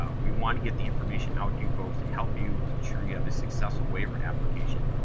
ah we want to get the information out to you folks to help you ensure you have a successful waiver application.